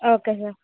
okay sir